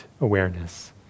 awareness